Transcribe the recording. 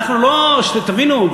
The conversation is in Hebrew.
שתבינו,